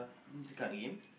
this card game